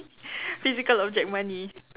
physical object money